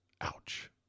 Ouch